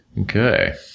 okay